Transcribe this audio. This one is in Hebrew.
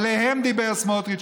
עליהן דיבר סמוטריץ,